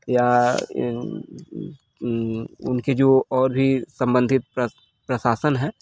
या उनके जो और भी संबंधित प्रशासन है